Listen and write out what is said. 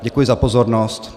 Děkuji za pozornost.